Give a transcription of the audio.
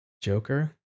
Joker